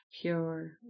pure